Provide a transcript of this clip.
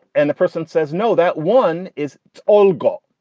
and the person says, no. that one is all gone.